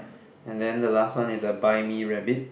and then the last one is the buy me rabbit